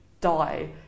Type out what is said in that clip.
Die